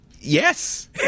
Yes